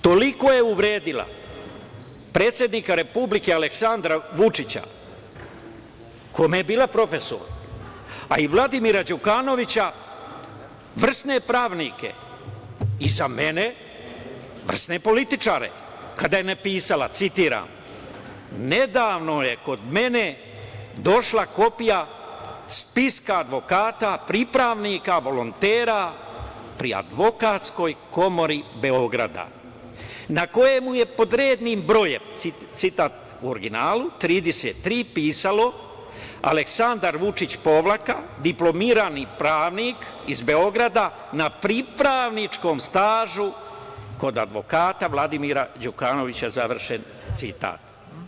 Toliko je uvredila predsednika Republike, Aleksandra Vučića, kome je bila profesor, a i Vladimira Đukanovića, vrsne pravnike i za mene vrsne političare, kada je napisala, citiram: „Nedavno je kod mene došla kopija spiska advokata, pripravnika, volontera pri Advokatskoj komori Beograda, na kojem je pod rednim brojem 33. pisalo – Aleksandar Vučić – diplomirani pravnik, iz Beograda, na pripravničkom stažu kod advokata Vladimira Đukanovića“, završen citat.